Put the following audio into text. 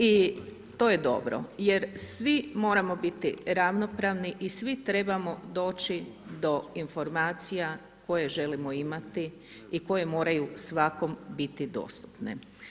I to je dobro jer svi moramo biti ravnopravni i svi trebamo doći do informacija koje želimo imati i koje moraju svakom biti dostupne.